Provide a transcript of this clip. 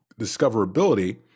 discoverability